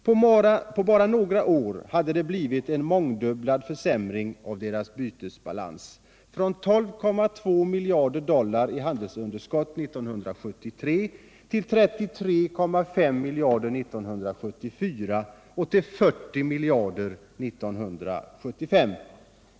På bara några år hade det blivit en mångdubblad försämring av deras bytesbalans, från 12,2 miljarder dollar i handelsunderskott 1973 till 33,5 miljarder 1974 och 40 miljarder 1975.